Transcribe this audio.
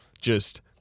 Just-